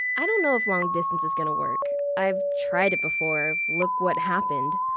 i don't know if long distance is gonna work. i've tried it before. look what happened.